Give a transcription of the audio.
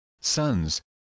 sons